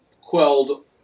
quelled